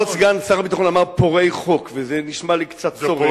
כבוד סגן שר הביטחון אמר "פורעי חוק" וזה נשמע לי קצת צורם.